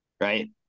Right